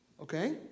Okay